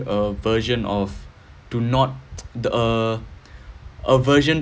a version of do not uh a version